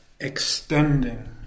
extending